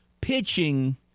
Pitching